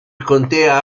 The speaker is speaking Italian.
contea